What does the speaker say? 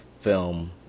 film